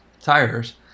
tires